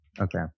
Okay